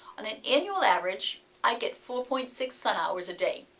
on and annual average, i'd get four point six sun hours a day.